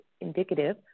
indicative